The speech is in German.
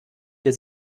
der